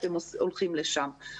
אתם הולכים לשם.